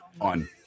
on